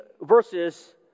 verses